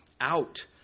out